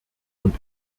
und